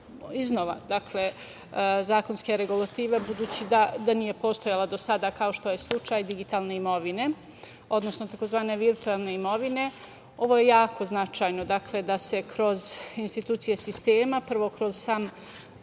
iznova zakonske regulative budući da nije postojala do sada, kao što je slučaj digitalne imovine, odnosno tzv. virtuelne imovine. Ovo je jako značajno, dakle da se kroz institucije sistema, prvo kroz sam